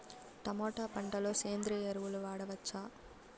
Tomato పంట లో సేంద్రియ ఎరువులు వాడవచ్చా?